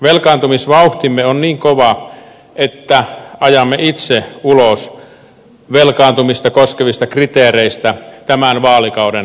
velkaantumisvauhtimme on niin kova että ajamme itse ulos velkaantumista koskevista kriteereistä tämän vaalikauden lopulla